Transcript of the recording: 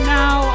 now